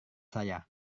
saya